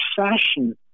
fashion